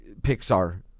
Pixar